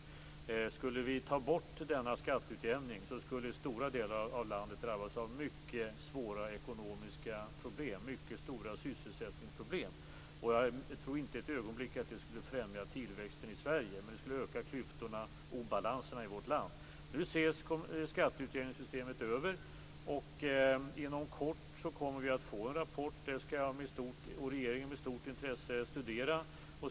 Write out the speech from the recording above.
Om vi skulle ta bort denna skatteutjämning skulle stora delar av landet drabbas av mycket svåra ekonomiska problem och mycket stora sysselsättningsproblem. Jag tror inte ett ögonblick att det skulle främja tillväxten i Sverige. Det skulle öka klyftorna och obalanserna i vårt land. Nu ses skatteutjämningssystemet över. Vi kommer att få en rapport inom kort. Regeringen skall studera den med stort intresse.